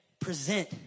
present